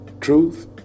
truth